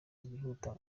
ryihuta